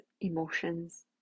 emotions